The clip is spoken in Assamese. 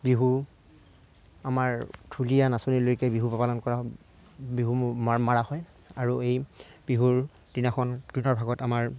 বিহু আমাৰ ঢোলীয়া নাচনীলৈকে বিহু পালন কৰা হয় বিহু মৰা মৰা হয় আৰু এই বিহুৰ দিনাখন দিনৰ ভাগত আমাৰ